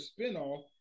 spinoff